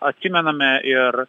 atsimename ir